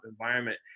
environment